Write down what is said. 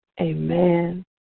amen